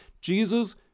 Jesus